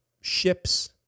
ships